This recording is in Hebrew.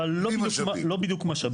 אבל לא בדיוק משאבים,